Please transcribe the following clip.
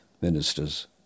ministers